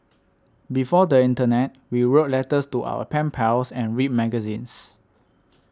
before the internet we wrote letters to our pen pals and read magazines